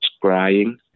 crying